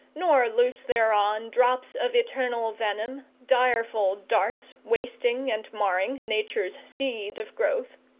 nor loose thereon drops of eternal venom, direful darts wasting and marring nature's seed of growth.